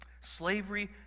slavery